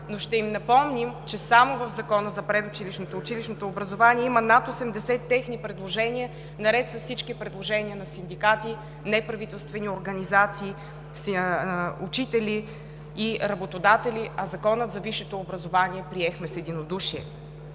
но ще им напомним, че само в Закона за предучилищното и училищното образование има над 80 техни предложения, наред с всички предложения на синдикати, неправителствени организации, учители и работодатели, а Закона за висшето образование приехме с единодушие.